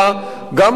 גם כוחות,